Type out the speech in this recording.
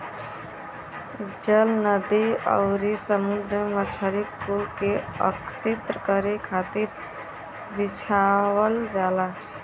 जाल नदी आउरी समुंदर में मछरी कुल के आकर्षित करे खातिर बिछावल जाला